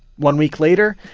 one week later,